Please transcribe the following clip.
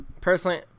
personally